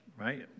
right